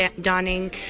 donning